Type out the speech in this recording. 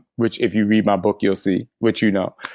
which if you read my book you'll see, which you know.